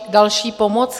A další pomoc?